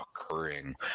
occurring